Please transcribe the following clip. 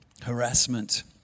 harassment